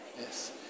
Yes